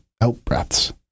out-breaths